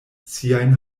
siajn